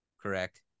correct